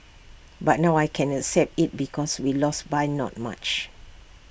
but now I can accept IT because we lost by not much